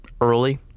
early